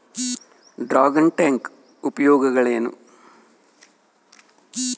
Dragon tank ಉಪಯೋಗಗಳೇನು?